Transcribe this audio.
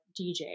DJ